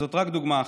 וזאת רק דוגמה אחת.